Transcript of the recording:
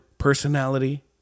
Personality